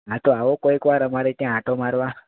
હા તો આવો કોઈક વાર અમારે ત્યાં આંટો મારવા